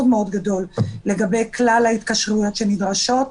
מאוד גדול לגבי כלל ההתקשרויות שנדרשות,